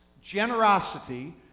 generosity